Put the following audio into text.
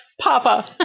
Papa